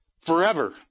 forever